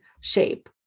shape